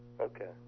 okay